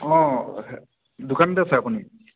অ' দোকানতে আছে আপুনি